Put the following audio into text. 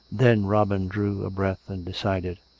then robin drew a breath and decided.